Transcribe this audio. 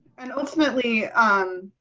and ultimately, um,